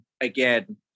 again